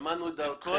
שמענו את דעותיכם.